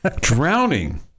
Drowning